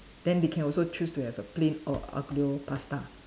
then they can also choose to have a plain o~ Aglio pasta